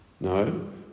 No